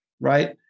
right